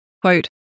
Quote